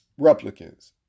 replicants